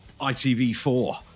ITV4